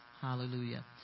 hallelujah